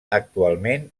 actualment